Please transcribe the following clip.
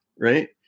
right